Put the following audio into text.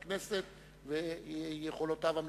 לפי גילו של חבר הכנסת ויכולותיו המשפחתיות.